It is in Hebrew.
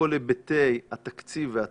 האם קיימים בהצעת המחליטים כל היבטי התקציב והתקנים?